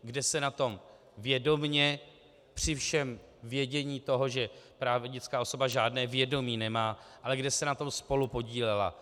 Kde se na tom vědomě, při všem vědění toho, že právnická osoba žádné vědomí nemá, ale kde se na tom spolupodílela.